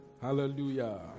Hallelujah